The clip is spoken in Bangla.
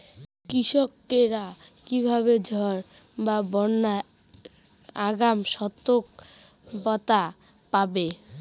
কৃষকেরা কীভাবে ঝড় বা বন্যার আগাম সতর্ক বার্তা পাবে?